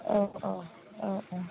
औ औ औ औ